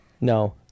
No